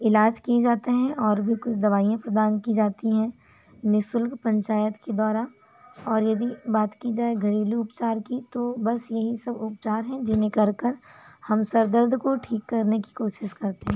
इलाज किए जाते हैं और भी कुछ दवाइयां प्रदान की जाती हैं निःशुल्क पंचायत के द्वारा और यदि बात की जाए घरेलु उपचार की तो बस ये ही सब उपचार हैं जिन्हें कर कर हम सर दर्द को ठीक करने की कोशिश करते है